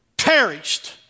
Perished